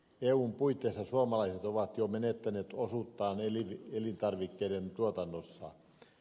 eun puitteissa suomalaiset ovat jo menettäneet osuuttaan elintarvikkeiden tuotannossa